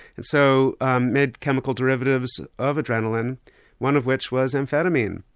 and so made chemical derivatives of adrenaline one of which was amphetamine.